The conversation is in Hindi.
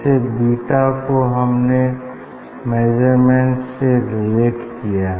जैसे बीटा को हमने मेज़रमेंट से रेलेट किया है